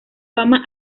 fama